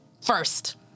first